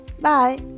Bye